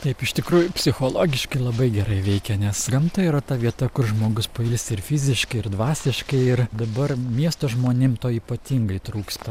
taip iš tikrųjų psichologiškai labai gerai veikia nes gamta yra ta vieta kur žmogus pailsi ir fiziškai ir dvasiškai ir dabar miesto žmonėm to ypatingai trūksta